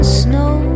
snow